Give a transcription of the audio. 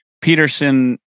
Peterson